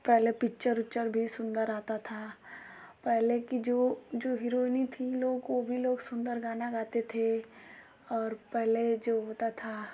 पहले पिक्चर उकचर भी सुंदर आता था पहले की जो जो हिरोइनी थी उन लोगों को भी लोग सुंदर गाना गाते थे और पहले जो होता था